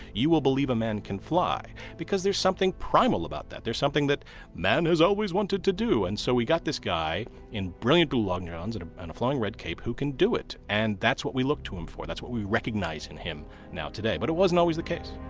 you will believe a man can fly because there's something primal about that. there's something that man has always wanted to do and so we got this guy in brilliant blue long johns and and a flying red cape who can do it! nd and that's what we look to him for, that's what we recognize in him now today, but it wasn't always the case